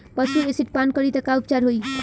पशु एसिड पान करी त का उपचार होई?